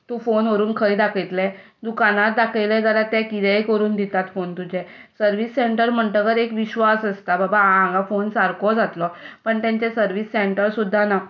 तूं फोन व्हरून खंय दाखयतलें तूं हांगा दाखयलें जाल्यार ते कितेंय करून दितात फोन तुजे सर्विस सँटर म्हणटकच एक विश्वास आसता बाबा हांगा फोन सारको जातलो पूण तांचें सर्विस सँटर सुद्दां ना